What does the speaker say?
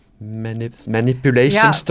manipulation